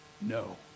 No